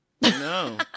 no